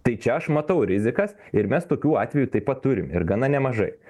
tai čia aš matau rizikas ir mes tokių atvejų taip pat turim ir gana nemažai